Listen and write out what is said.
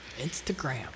Instagram